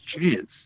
chance